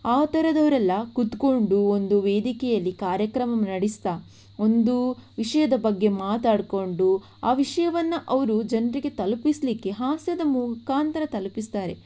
ಆ ಥರದವರೆಲ್ಲ ಕುತ್ಕೊಂಡು ಒಂದು ವೇದಿಕೆಯಲ್ಲಿ ಕಾರ್ಯಕ್ರಮ ನಡೆಸ್ತಾ ಒಂದು ವಿಷಯದ ಬಗ್ಗೆ ಮಾತಾಡಿಕೊಂಡು ಆ ವಿಷಯವನ್ನು ಅವರು ಜನರಿಗೆ ತಲುಪಿಸಲಿಕ್ಕೆ ಹಾಸ್ಯದ ಮುಖಾಂತರ ತಲುಪಿಸ್ತಾರೆ